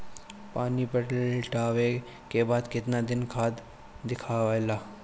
पानी पटवला के बाद केतना दिन खाद दियाला?